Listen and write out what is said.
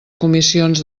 comissions